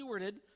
stewarded